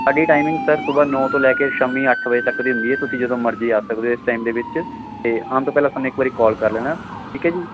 ਸਾਡੀ timing sir ਸੁਬਹਾ ਨੌਂ ਤੋਂ ਲੈ ਕੇ ਸ਼ਾਮੀ ਅੱਠ ਵਜੇ ਤੱਕ ਦੀ ਹੁੰਦੀ ਹੈ ਤੁਸੀਂ ਜਦੋਂ ਮਰਜ਼ੀ ਆ ਸਕਦੇ ਹੋ ਇਸ ਟਾਈਮ ਦੇ ਵਿੱਚ ਤੇ ਆਉਣ ਤੋਂ ਪਹਿਲਾਂ ਸਾਨੂੰ ਇੱਕ ਵਾਰੀ ਕੋਲ ਕਰ ਲੈਣਾ ਠੀਕ ਹੈ ਜੀ